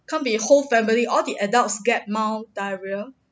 can't be whole family all the adults get mild diarrhoea